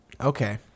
Okay